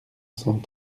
cent